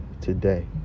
Today